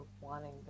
wanting